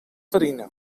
farina